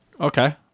Okay